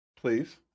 Please